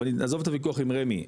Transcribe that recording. אבל עזוב את הוויכוח עם רמ"י,